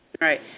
right